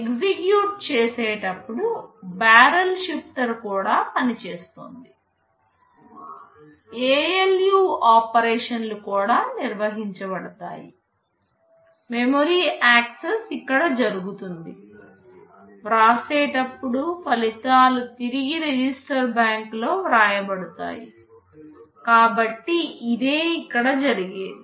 execute చేసేటప్పుడు barrel shifter కూడా పనిచేస్తోంది ALU ఆపరేషన్లు కూడా నిర్వహించబడతాయి మెమరీ యాక్సెస్ ఇక్కడ జరుగుతుంది వ్రాసేటప్పుడు ఫలితాలు తిరిగి రిజిస్టర్ బ్యాంకులో వ్రాయబడతాయి కాబట్టి ఇదే ఇక్కడ జరిగేదీ